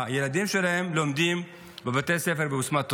הילדים שלהם לומדים בבתי ספר בבסמת טבעון,